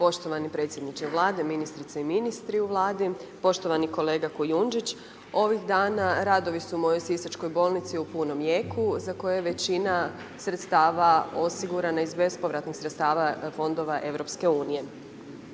poštovani predsjedniče Vlade, ministrice i ministri u Vladi. Poštovani kolega Kujundžić, ovih dana radovi su u mojoj Sisačkoj bolnici u punom jeku za koje većina sredstava osigurana iz bespovratnih sredstava fondova EU.